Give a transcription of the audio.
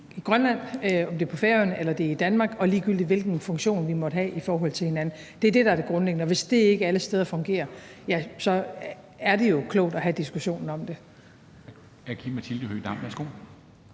i Grønland, på Færøerne eller i Danmark, og ligegyldigt hvilken funktion vi måtte have i forhold til hinanden. Det er det, der er det grundlæggende. Og hvis det ikke fungerer alle steder, er det jo klogt at have diskussionen om det.